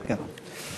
כן.